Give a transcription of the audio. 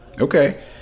Okay